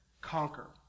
conquer